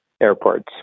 airports